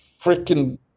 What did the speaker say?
freaking